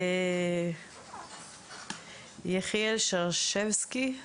יחיאל שרשבסקי?